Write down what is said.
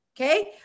Okay